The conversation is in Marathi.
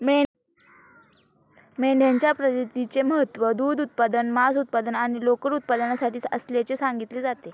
मेंढ्यांच्या प्रजातीचे महत्त्व दूध उत्पादन, मांस उत्पादन आणि लोकर उत्पादनासाठी असल्याचे सांगितले जाते